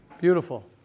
Beautiful